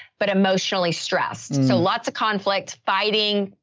but emotionally stressed. so lots of conflict, fighting.